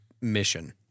mission